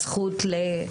הזכות לחיות.